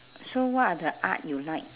so what are the art you like